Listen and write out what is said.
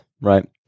Right